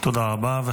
תודה רבה.